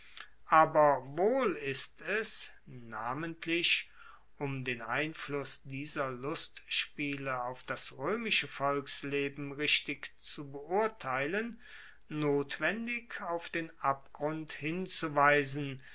aber wohl ist es namentlich um den einfluss dieser lustspiele auf das roemische volksleben richtig zu beurteilen notwendig auf den abgrund hinzuweisen